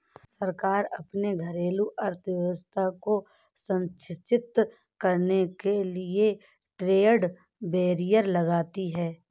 सरकार अपने घरेलू अर्थव्यवस्था को संरक्षित करने के लिए ट्रेड बैरियर लगाती है